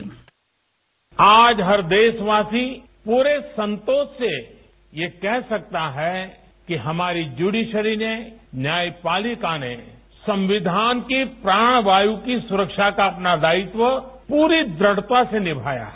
bite आज हर देशवासी प्ररे संतोष से ये कह सकता है कि हमारी ज्यूडिशरी ने न्यायपालिका ने संविधान की प्राण वायु की सुरक्षा का अपना दायित्व प्ररी द्रढ़ता से निभाया है